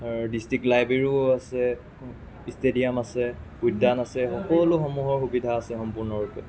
district লাইব্ৰেৰীও আছে stadium আছে উদ্যান আছে সকলোসমূহৰ সুবিধা আছে সম্পূৰ্ণৰূপে